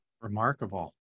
Remarkable